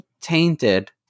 tainted